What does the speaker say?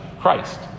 Christ